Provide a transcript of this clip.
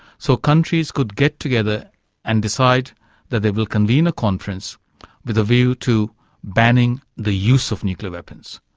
so countries could get together and decide that they will convene a conference with a view to banning the use of nuclear weapons.